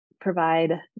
provide